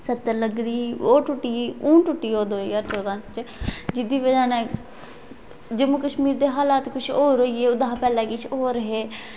स्हत्तर लग्गी दी ओह् टुट्टी गेई हून टुट्टी गेई ओह् दो ज्हार चौदां च जेह्दी बजह् कन्नै जम्मू कश्मीर दे हालात कुछ होर होई गे ओह्दे शा पैह्लै कुछ होर हे